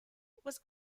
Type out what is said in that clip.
was